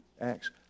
Acts